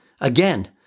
again